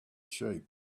sheep